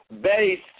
Based